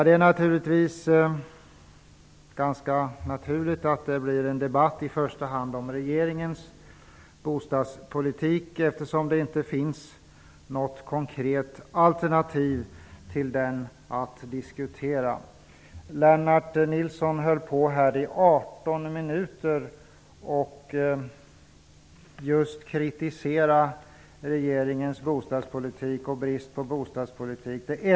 Det är ganska naturligt att det blir en debatt i första hand om regeringens bostadspolitik eftersom det inte finns något konkret alternativ till denna att diskutera. Lennart Nilsson kritiserade regeringens bostadspolitik och brist på bostadspolitik i 18 minuter.